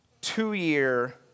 two-year